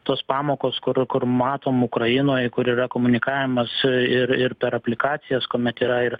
tos pamokos kur kur matom ukrainoj kur yra komunikavimas ir ir per aplikacijas kuomet yra ir